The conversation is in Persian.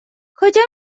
کجا